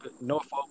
Norfolk